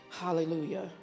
Hallelujah